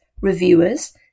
reviewers